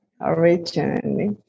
originally